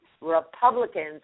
Republicans